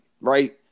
right